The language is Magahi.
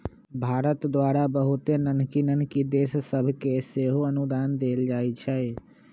भारत द्वारा बहुते नन्हकि नन्हकि देश सभके सेहो अनुदान देल जाइ छइ